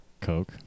Coke